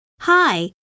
Hi